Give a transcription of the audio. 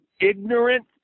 ignorant